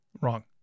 wrong